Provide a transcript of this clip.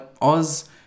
Oz